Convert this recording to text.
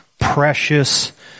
precious